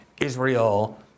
Israel